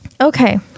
okay